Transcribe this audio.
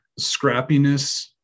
scrappiness